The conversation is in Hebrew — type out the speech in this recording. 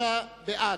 63 בעד,